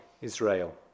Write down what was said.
Israel